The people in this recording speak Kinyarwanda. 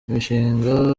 imishinga